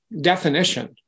definition